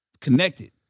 connected